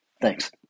Thanks